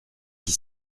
qui